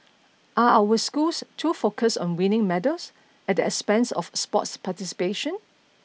are our we schools too focused on winning medals at the expense of sports participation